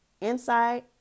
inside